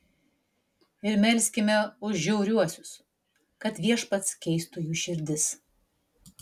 ir melskime už žiauriuosius kad viešpats keistų jų širdis